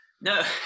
No